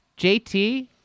JT